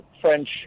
French